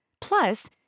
Plus